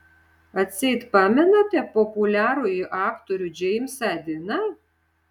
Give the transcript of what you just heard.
atseit pamenate populiarųjį aktorių džeimsą diną